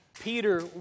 Peter